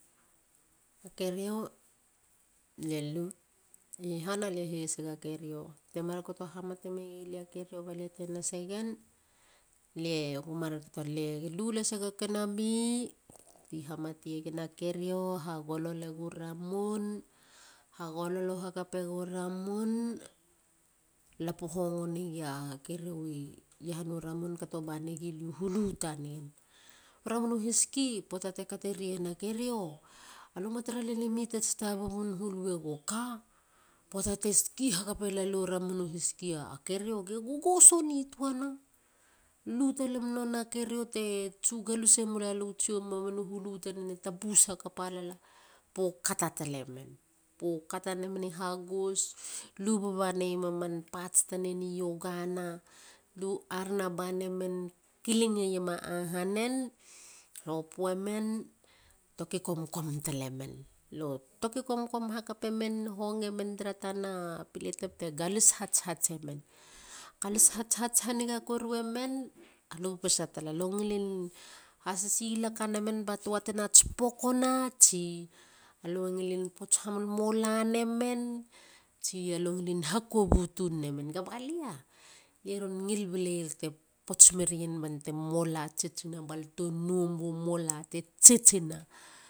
I han a le hesiga kerio. temar kato hamate megilia kerio balete nasegen. lie lu lasega kanabi. bi hamate gen a kerio. hagololegu ramun. hagololo hakapegu ramun. lapo hongo negia kerio i iahana ramun. kato bane gi lia u hulu. tanen. u ramun a hiski. poata te katerien a kerio a luma tara len e mi tats tabubun hulu e go ka. Poata te ski hakape lalo ramun a hiski a kerio. ge gogoso nituana. Lu talem nona kerio te tsu galuse. tsiom. mamanu hulu tanen e tapus hhakapa lala. pu kata talenen. pukata nemen i hagus. lu ba neiema man parts tanen i iogana. lu arena banemen. kilingeiema ahanen. hopuwemen. toki komkomemen talemen. lo toki komkom hhakapemen hongemen tara tana pelete ba lu te galis hatshatsemen. Galis hatshats haniga koruemen. alu pesa tala. alue ngilin hasisilaka nemen ba tua te nas pukuna. tsia a lue ngilin pots hamolmola nemen tsia lue ngilin hakobu tun nemen. Gaba lia. lie ron ngil baleieg te pots merien bante mola tsitsina balte noum bo mola te tsitsina.